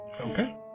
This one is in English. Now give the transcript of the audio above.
Okay